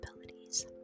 capabilities